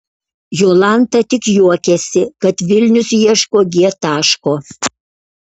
jolanta tik juokiasi kad vilnius ieško g taško